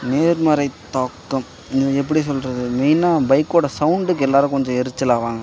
நேர்மறைத் தாக்கம் இது எப்படி சொல்கிறது மெயினாக பைக்கோடய சவுண்டுக்கு எல்லோரும் கொஞ்சம் எரிச்சல் ஆவாங்க